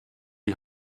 die